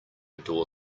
door